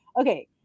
Okay